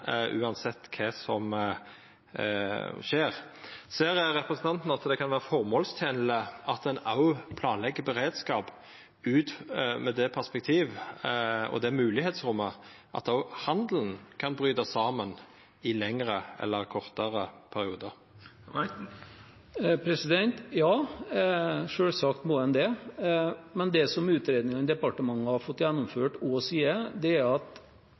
uansett kva som skjer. Ser representanten Reiten at det kan vera føremålstenleg at ein òg planlegg beredskap ut frå det perspektivet og det moglegheitsrommet at òg handelen kan bryta saman i lengre eller kortare periodar? Ja, selvsagt må en det. Det som utredningene departementet har fått gjennomført, også sier, er at